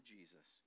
Jesus